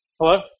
Hello